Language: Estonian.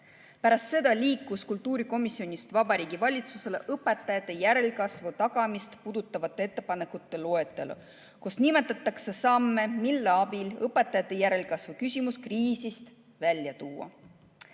Pärast seda liikus kultuurikomisjonist Vabariigi Valitsusele õpetajate järelkasvu tagamist puudutavate ettepanekute loetelu, kus nimetatakse samme, mille abil õpetajate järelkasvu küsimus kriisist välja tuua.